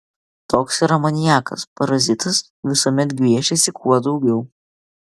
toks yra maniakas parazitas visuomet gviešiasi kuo daugiau